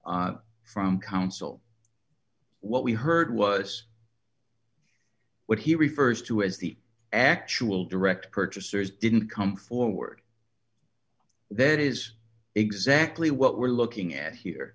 comments from counsel what we heard was what he refers to as the actual direct purchasers didn't come forward that is exactly what we're looking at here